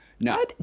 No